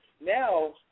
now